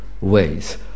ways